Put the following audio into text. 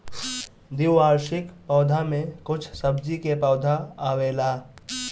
द्विवार्षिक पौधा में कुछ सब्जी के पौधा आवेला